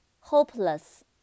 hopeless